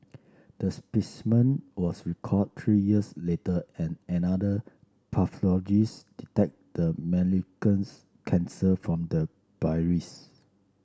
the specimen was recalled three years later and another pathologist detected the malignants cancer from the